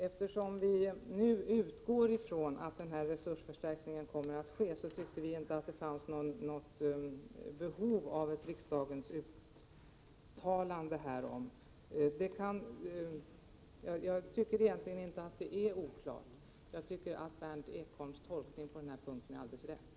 Eftersom vi nu utgår från att den här resursförstärkningen kommer att bli av, tycker vi att det inte finns något behov av ett uttalande från riksdagen härom. Egentligen är det här inte oklart. Berndt Ekholms tolkning på denna punkt är alltså alldeles riktig.